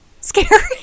scary